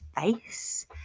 face